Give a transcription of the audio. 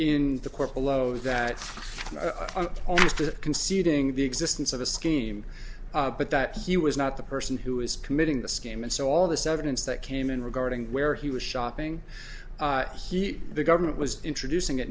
in the court below that all mr conceding the existence of a scheme but that he was not the person who is committing the scheme and so all this evidence that came in regarding where he was shopping he the government was introducing it